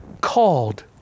called